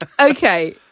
Okay